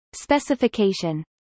Specification